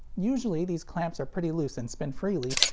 usually these clamps are pretty loose and spin freely,